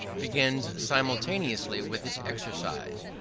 begins simultaneously with its exercise.